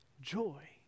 joy